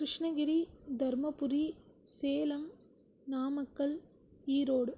Krishnagiri Dharmapuri Salem Namakkal Erode